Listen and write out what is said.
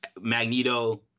Magneto